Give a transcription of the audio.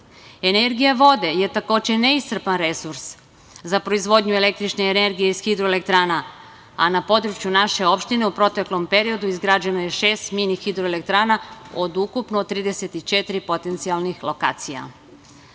vode je takođe neiscrpan resurs za proizvodnju električne energije iz hidroelektrana, a na području naše opštine u proteklom periodu izgrađeno je šest mini-hidroelektrana od ukupno 34 potencijalnih lokacija. Da